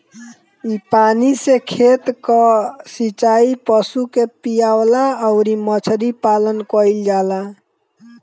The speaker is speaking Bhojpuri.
इ पानी से खेत कअ सिचाई, पशु के पियवला अउरी मछरी पालन कईल जाला